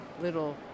little